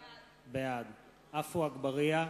בעד עפו אגבאריה,